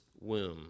womb